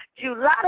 July